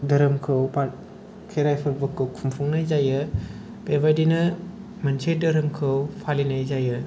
धोरोमखौ खेराइ फोरबोखौ खुंफुंनाय जायो बेबादिनो मोनसे धोरोमखौ फालिनाय जायो